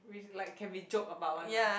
like can be joke about one lah